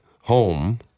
home